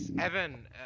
Evan